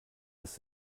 ist